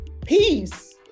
peace